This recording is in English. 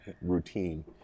routine